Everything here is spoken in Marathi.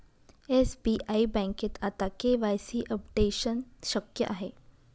एस.बी.आई बँकेत आता के.वाय.सी अपडेशन शक्य आहे